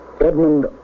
Edmund